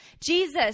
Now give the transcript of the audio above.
Jesus